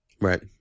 right